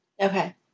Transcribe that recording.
okay